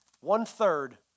one-third